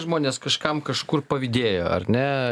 žmonės kažkam kažkur pavydėjo ar ne